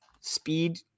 Speed